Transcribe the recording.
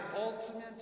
ultimate